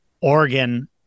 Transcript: Oregon